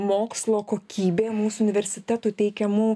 mokslo kokybė mūsų universitetų teikiamų